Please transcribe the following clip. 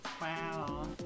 Wow